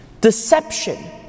deception